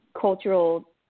cultural